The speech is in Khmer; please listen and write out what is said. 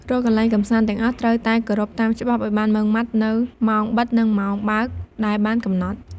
រាល់កន្លែងកម្សាន្តទាំងអស់ត្រូវតែគោរពតាមច្បាប់ឱ្យបានម៉ឺងម៉ាត់នូវ ម៉ោងបិទ និងម៉ោងបើក ដែលបានកំណត់។